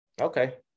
Okay